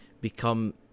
become